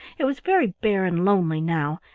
it was very bare and lonely now,